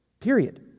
Period